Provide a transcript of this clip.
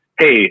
Hey